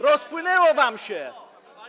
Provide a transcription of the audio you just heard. Rozpłynęło wam się.